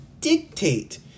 dictate